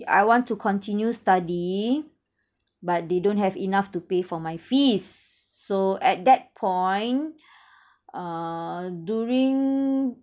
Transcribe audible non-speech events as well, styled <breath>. I want to continue study but they don't have enough to pay for my fees so at that point <breath> uh during